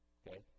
okay